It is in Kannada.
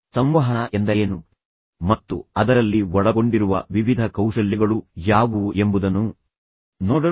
ಸಂವಹನ ಎಂದರೇನು ಮತ್ತು ಅದರಲ್ಲಿ ಒಳಗೊಂಡಿರುವ ವಿವಿಧ ಕೌಶಲ್ಯಗಳು ಯಾವುವು ಎಂಬುದನ್ನು ನೋಡೋಣ